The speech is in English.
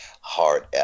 hard